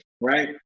Right